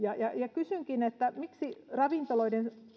kysynkin miksi ravintoloiden